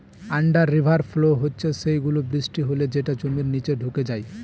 under river flow হচ্ছে সেই গুলো, বৃষ্টি হলে যেটা জমির নিচে ঢুকে যায়